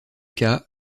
cas